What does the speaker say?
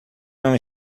não